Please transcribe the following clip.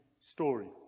story